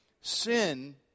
sin